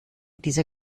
dieser